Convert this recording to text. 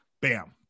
Bam